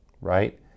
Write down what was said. right